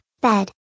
bed